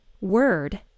word